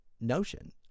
notion